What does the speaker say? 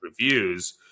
reviews